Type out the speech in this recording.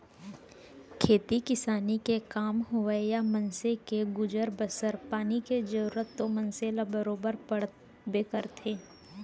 खेती किसानी के काम होवय या मनखे के गुजर बसर पानी के जरूरत तो मनसे ल बरोबर पड़बे करथे